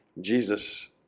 Jesus